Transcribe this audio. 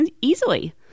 easily